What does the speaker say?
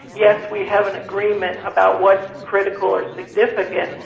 yes we have an agreement about what's critical or significant,